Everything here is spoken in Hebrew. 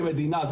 כמדינה,